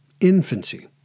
infancy